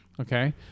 Okay